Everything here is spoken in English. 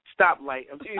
stoplight